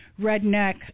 redneck